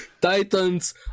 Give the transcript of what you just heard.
Titans